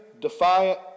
defiant